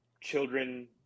children